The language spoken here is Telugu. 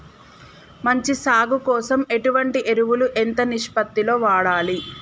మంచి సాగు కోసం ఎటువంటి ఎరువులు ఎంత నిష్పత్తి లో వాడాలి?